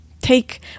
take